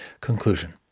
CONCLUSION